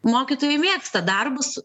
mokytojai mėgsta darbus